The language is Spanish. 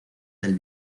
del